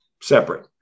separate